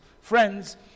Friends